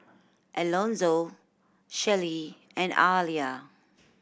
Elonzo Shelly and Aliya